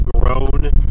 grown